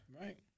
Right